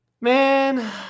man